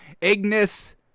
Ignis